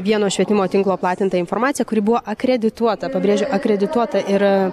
vieno švietimo tinklo platintą informaciją kuri buvo akredituota pabrėžiu akredituota ir